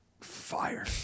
fire